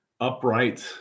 upright